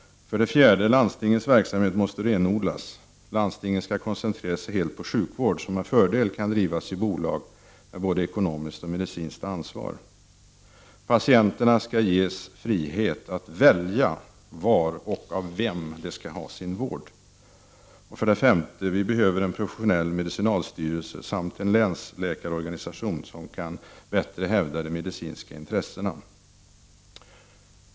4. Landstingens verksamhet måste renodlas! Landstingen skall koncentrera sig helt på sjukvård, som med fördel kan drivas i bolag med både ekonomiskt och medicinskt ansvar. Patienterna skall ges frihet att välja var och av vem de skall få sin vård. 5. Vi behöver en professionell medicinalstyrelse samt en länsläkarorganisation som bättre kan hävda de medicinska intressena.